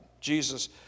Jesus